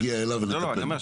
נגיע אליו ונטפל.